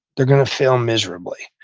they're going to fail miserably,